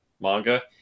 manga